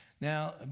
Now